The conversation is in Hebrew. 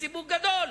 ציבור גדול,